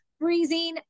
freezing